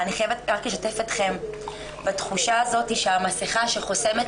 אבל אני חייבת רק לשתף אתכם בתחושה הזאת שהמסכה חוסמת